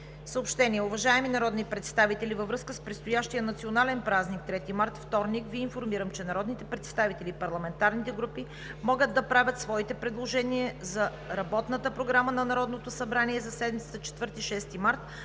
Съобщение: Уважаеми народни представители, във връзка с предстоящия национален празник Трети март, вторник, Ви информирам, че народните представители и парламентарните групи могат да правят своите предложения за работната програма на Народното събрание за седмицата